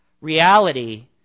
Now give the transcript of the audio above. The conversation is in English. reality